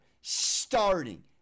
starting